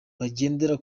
bagendera